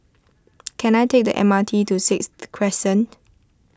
can I take the M R T to Sixth Crescent